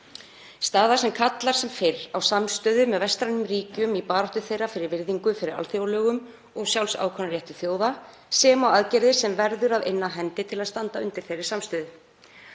staða sem kallar sem fyrr á samstöðu með vestrænum ríkjum í baráttu þeirra fyrir virðingu fyrir alþjóðalögum og sjálfsákvörðunarrétti þjóða, sem og aðgerðir sem verður að inna af hendi til að standa undir þeirri samstöðu.